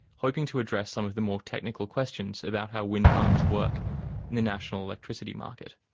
hoping to address some of the more technical questions about how wind farms work in the national electricity market.